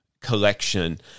collection